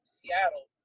Seattle